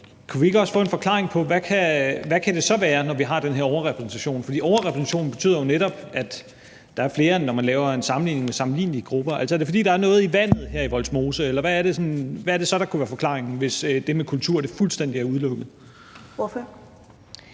Kunne vi ikke også få en forklaring på, hvad det så kan være, når vi har den her overrepræsentation? For overrepræsentation betyder jo netop, at der er flere her, når man sammenligner med sammenlignelige grupper. Er det, fordi der er noget i vandet i Vollsmose, eller hvad er det så, der kunne være forklaringen, hvis det med kultur er fuldstændig udelukket?